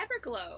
Everglow